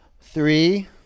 Three